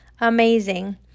amazing